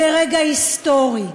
זה רגע היסטורי,